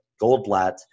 Goldblatt